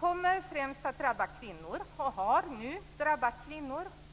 kommer främst att drabba kvinnor, och har nu drabbat kvinnor.